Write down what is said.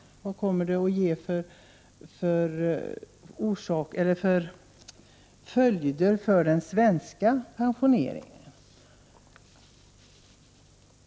Vad kommer det att ge för följder för den svenska pensioneringen?